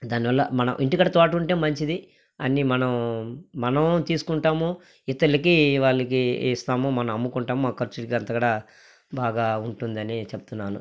దానివల్ల మన ఇంటికాడ తోట ఉంటే మంచిది అన్నీ మనం మనం తీసుకుంటాము ఇతరులకి వాళ్ళకి ఇస్తాము మనం అమ్ముకుంటాం మా ఖర్చులకు అంతా కూడా బాగా ఉంటుందని చెప్తున్నాను